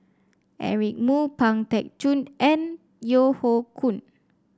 Eric Moo Pang Teck Joon and Yeo Hoe Koon